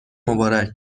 مبارک